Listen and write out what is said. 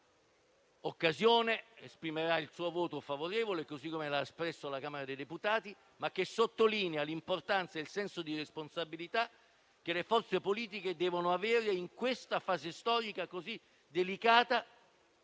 in questa occasione esprimerà il proprio voto favorevole, così come ha fatto alla Camera dei deputati. Sottolineiamo l'importanza del senso di responsabilità che le forze politiche devono avere in questa fase storica, così delicata